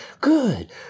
Good